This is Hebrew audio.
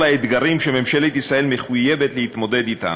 האתגרים שממשלת ישראל מחויבת להתמודד אתם.